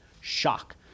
Shock